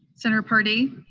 senator paradee?